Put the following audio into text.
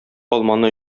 алманы